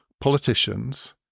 Politicians